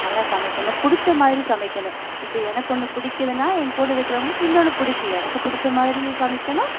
நல்லா சமைக்கணும் பிடித்தமாரி சமைக்கணும் இப்போ எனக்கொன்று பிடிக்குதுனா எ கூட இருக்கிறவங்களுக்கு இன்னோன்னு பிடிக்கும் எனக்குப் பிடித்தமாதிரியு சமைக்கணும்